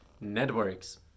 networks